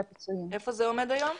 איפה זה עומד היום?